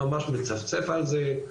ממש מצפצף על זה,